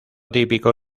típico